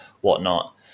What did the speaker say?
whatnot